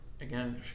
again